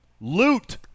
Loot